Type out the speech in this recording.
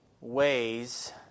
ways